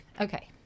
Okay